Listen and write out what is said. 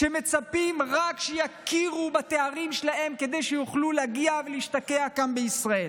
שמצפים רק שיכירו בתארים שלהם כדי שיוכלו להגיע ולהשתקע כאן בישראל.